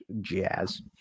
jazz